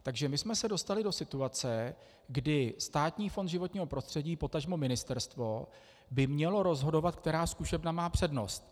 Takže jsme se dostali do situace, kdy Státní fond životního prostředí, potažmo ministerstvo by mělo rozhodovat, která zkušebna má přednost.